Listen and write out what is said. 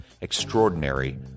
Extraordinary